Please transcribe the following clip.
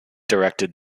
directed